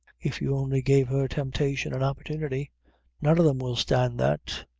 if you only give her temptation and opportunity none of them will stand that.